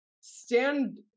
stand